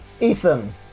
Ethan